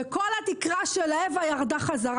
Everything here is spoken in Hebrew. וכל התקרה של אווה ירדה חזרה.